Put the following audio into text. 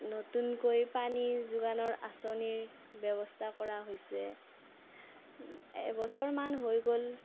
নতুনকৈ পানী যোগানৰ আঁচনিৰ ব্য়ৱস্থা কৰা হৈছে এবছৰমান হৈ গ'ল